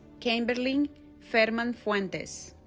kenberlin ferman fuentes